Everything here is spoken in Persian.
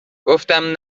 گفتم